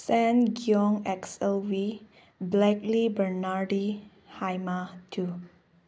ꯁꯦꯟꯒꯤꯌꯣꯡ ꯑꯦꯛꯁ ꯑꯦꯜ ꯚꯤ ꯕ꯭ꯂꯦꯛꯂꯤ ꯕꯅꯥꯔꯗꯤ ꯍꯥꯏꯃꯥ ꯇꯨ